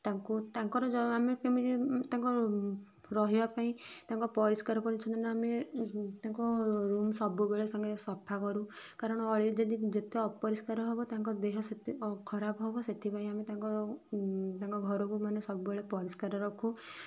ତାଙ୍କୁ ତାଙ୍କର ଆମେ କେମିତି ତାଙ୍କର ରହିବା ପାଇଁ ତାଙ୍କ ପରିଷ୍କାର ପରିଛନ୍ନ ଆମେ ତାଙ୍କ ରୁମ୍ ସବୁବେଳେ ତାଙ୍କ ସଫା କରୁ କାରଣ ଅଳିଆ ଯେତେ ଯେତେ ଅପରିଷ୍କାର ହେବ ତାଙ୍କ ଦେହ ସେତେ ଖରାପ ହେବ ସେଥିପାଇଁ ଆମେ ତାଙ୍କ ତାଙ୍କ ଘରକୁ ମାନେ ସବୁବେଳେ ପରିଷ୍କାର ରଖୁ